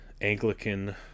Anglican